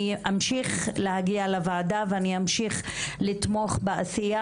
אמשיך להגיע לוועדה ואני אמשיך לתמוך בעשייה,